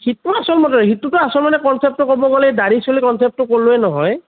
সিটো আচলমতে সিটো আচলমতে কনচেপ্টটো ক'ব গ'লে দাঢ়ি চুলি কনচেপ্টটো ক'লোৱে নহয়